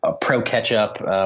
pro-ketchup